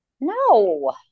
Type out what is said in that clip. no